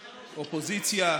אופוזיציה,